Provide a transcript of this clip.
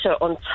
on